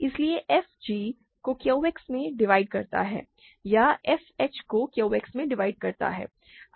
इसलिए f g को Q X में डिवाइड करता है या f h को Q X में डिवाइड करता है